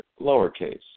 lowercase